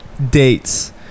Dates